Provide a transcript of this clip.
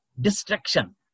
destruction